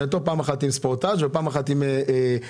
פעם אחת עם ספורטז' ופעם עם טויוטה.